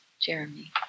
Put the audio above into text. Jeremy